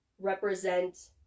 represent